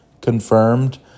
confirmed